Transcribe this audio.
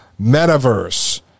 metaverse